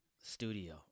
studio